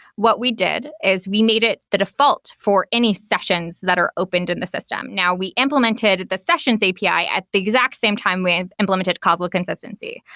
what we did is we needed the default for any sessions that are opened in the system. now, we implemented the sessions api at the exact same time we ah implemented causal consistency.